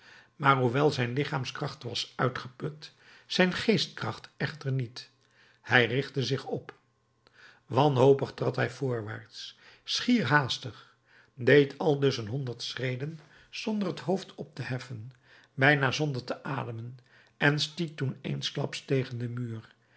maar hoewel zijn lichaamskracht was uitgeput zijn geestkracht echter niet hij richtte zich op wanhopig trad hij voorwaarts schier haastig deed aldus een honderd schreden zonder het hoofd op te heffen bijna zonder te ademen en stiet toen eensklaps tegen den muur